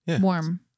Warm